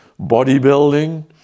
bodybuilding